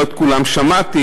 לא את כולם שמעתי.